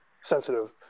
sensitive